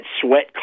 sweat